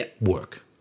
work